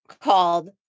called